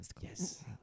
Yes